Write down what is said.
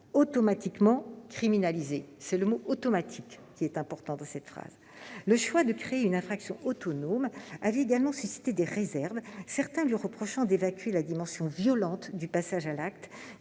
C'est le terme « automatiquement » qui importe ici. Le choix de créer une infraction autonome avait également suscité des réserves, certains lui reprochant d'évacuer la dimension violente du passage à l'acte,